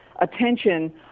attention